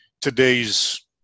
today's